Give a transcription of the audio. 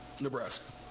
Nebraska